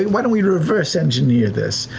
why don't we reverse engineer this.